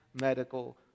medical